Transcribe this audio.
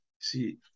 see